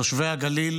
תושבי הגליל